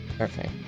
Okay